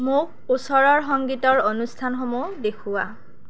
মোক ওচৰৰ সংগীতৰ অনুষ্ঠানসমূহ দেখুওঁৱা